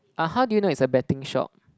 uh how do you know it's a betting shop